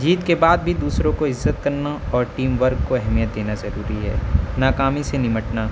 جیت کے بعد بھی دوسروں کو عزت کرنا اور ٹیم ورک کو اہمیت دینا ضروری ہے ناکامی سے نمٹنا